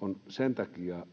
on sen takia